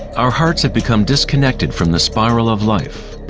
our hearts have become disconnected from the spiral of life,